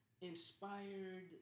inspired